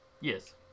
Yes